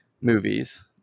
movies